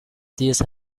these